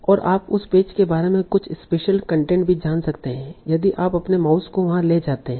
और आप उस पेज के बारे में कुछ स्पेशल कंटेंट भी जान सकते हैं यदि आप अपने माउस को वहां ले जाते हैं